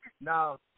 now